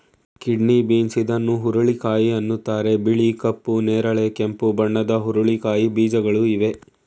kidney beans ಇದನ್ನು ಹುರುಳಿಕಾಯಿ ಅಂತರೆ ಬಿಳಿ, ಕಪ್ಪು, ನೇರಳೆ, ಕೆಂಪು ಬಣ್ಣದ ಹುರಳಿಕಾಯಿ ಬೀಜಗಳು ಇವೆ